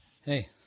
Hey